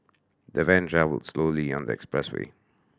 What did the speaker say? the van travelled slowly on the expressway